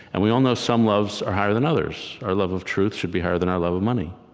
and we all know some loves are higher than others. our love of truth should be higher than our love of money,